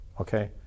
okay